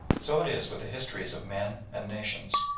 so it is with the histories of men and nations.